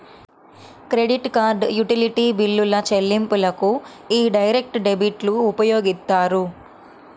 credit card, utility బిల్లుల చెల్లింపులకు యీ డైరెక్ట్ డెబిట్లు ఉపయోగిత్తారు